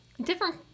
different